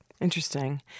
Interesting